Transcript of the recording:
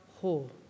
whole